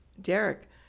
Derek